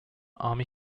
army